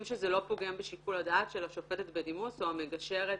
שזה לא פוגם בשיקול הדעת של השופטת בדימוס או המגשרת